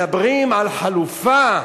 מדברים על חלופה,